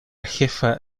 jefa